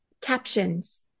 Captions